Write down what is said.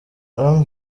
jean